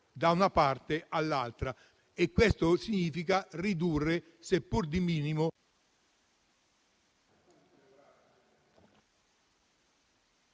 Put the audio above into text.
da una parte all'altra e questo significa ridurre il salario, seppur di minimo.